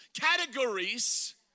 categories